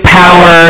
power